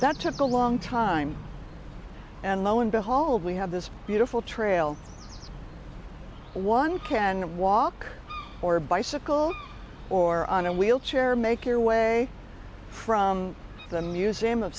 took a long time and lo and behold we have this beautiful trail one can walk or bicycle or on a wheelchair make your way from the museum of